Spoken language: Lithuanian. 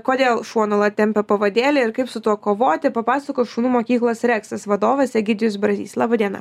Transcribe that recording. kodėl šuo nuolat tempia pavadėlį ir kaip su tuo kovoti papasakos šunų mokyklos reksas vadovas egidijus brazys laba diena